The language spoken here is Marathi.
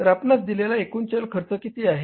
तर आपणास दिलेला एकूण चल खर्च किती आहे